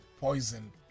poison